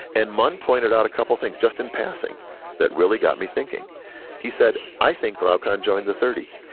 and munn pointed out a couple things just in passing that really got me thinking he said i think glaucon joined the thirty,